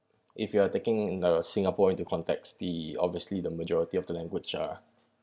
if you are taking the singapore into context the obviously the majority of the language are